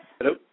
Hello